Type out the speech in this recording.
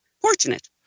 fortunate